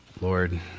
Lord